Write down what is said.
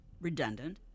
redundant